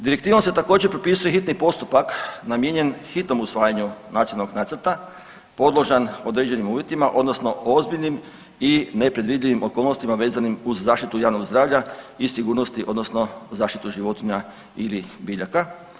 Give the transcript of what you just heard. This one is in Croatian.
Direktivom se također propisuje hitni postupak namijenjen hitnom usvajanju nacionalnog nacrta podložan određenim uvjetima, odnosno ozbiljnim i nepredvidljivim okolnostima vezanim uz zaštitu javnog zdravlja i sigurnosti, odnosno zaštitu životinja ili biljaka.